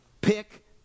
pick